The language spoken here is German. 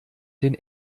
den